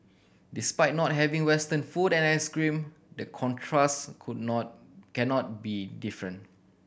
despite not having Western food and ice cream the contrast could not cannot be different